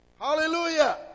Hallelujah